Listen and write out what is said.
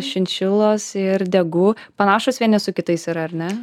šinšilos ir degu panašūs vieni su kitais yra ar ne